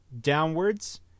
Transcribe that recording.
downwards